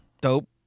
dope